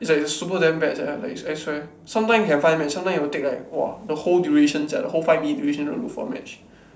is like super damn bad sia is like I swear sometime you can find match sometime you will take like !wah! the whole duration sia that whole five minutes duration to look for match